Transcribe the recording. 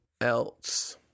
else